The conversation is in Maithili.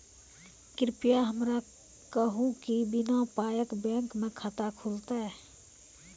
कृपया हमरा कहू कि बिना पायक बैंक मे खाता खुलतै?